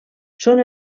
són